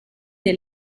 dei